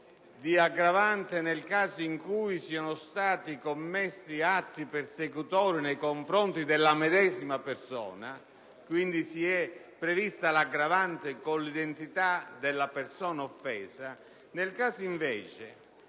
circostanza in cui siano stati commessi atti persecutori nei confronti della medesima persona, quindi si è prevista l'aggravante con un'identità della persona offesa. Nel caso invece